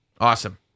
Awesome